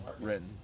written